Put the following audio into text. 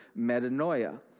metanoia